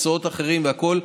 מקצועות אחרים והכול,